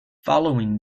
following